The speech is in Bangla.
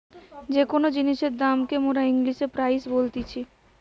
যে কোন জিনিসের দাম কে মোরা ইংলিশে প্রাইস বলতিছি